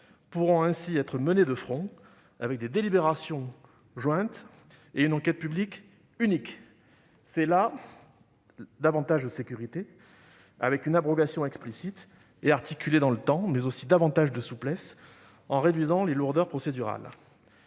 pourront ainsi être menées de front avec des délibérations jointes et une enquête publique unique. C'est là davantage non seulement de sécurité, avec une abrogation explicite et articulée dans le temps, mais aussi de souplesse, avec une réduction des lourdeurs procédurales.